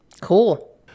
Cool